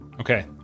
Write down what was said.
Okay